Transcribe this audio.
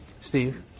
Steve